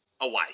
away